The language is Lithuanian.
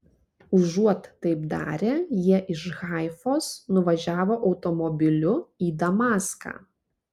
užuot taip darę jie iš haifos nuvažiavo automobiliu į damaską